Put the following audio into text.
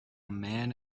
man